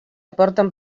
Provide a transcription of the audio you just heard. aporten